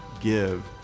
give